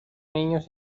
niños